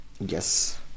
Yes